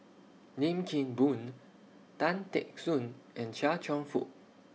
Lim Kim Boon Tan Teck Soon and Chia Cheong Fook